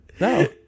No